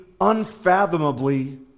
unfathomably